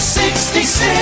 66